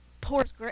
pours